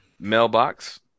Mailbox